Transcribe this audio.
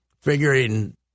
figuring